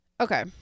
okay